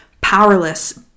powerless